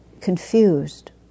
confused